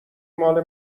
ماله